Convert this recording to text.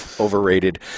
overrated